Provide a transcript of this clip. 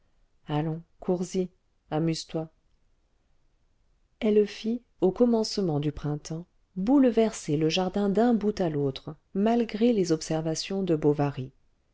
allons cours y amuse-toi elle fit au commencement du printemps bouleverser le jardin d'un bout à l'autre malgré les observations de bovary